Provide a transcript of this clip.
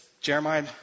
Jeremiah